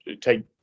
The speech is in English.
take